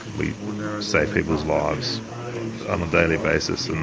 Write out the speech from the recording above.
we save people's lives on a daily basis and